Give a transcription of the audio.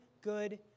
good